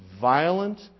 violent